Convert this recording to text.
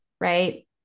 right